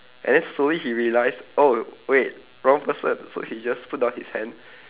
and then slowly he realised oh wait wrong person so he just put down his hand